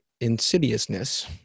insidiousness